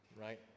right